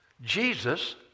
Jesus